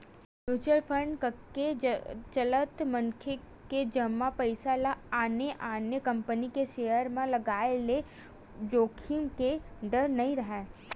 mutual fund कके चलत मनखे के जमा पइसा ल आने आने कंपनी के सेयर म लगाय ले जोखिम के डर नइ राहय